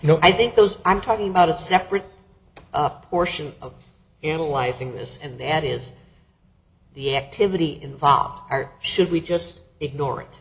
you know i think those i'm talking about a separate portion of analyzing this and that is the activity involved are should we just ignore it